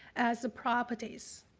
as the properties.